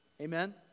Amen